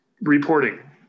reporting